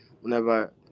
whenever